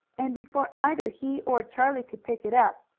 and before either he or charlie could pick it up,